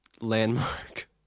Landmark